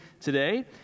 today